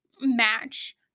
match